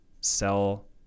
sell